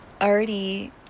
already